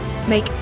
Make